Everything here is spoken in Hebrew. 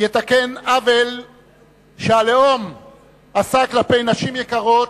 יתקן עוול שהלאום עשה כלפי נשים יקרות,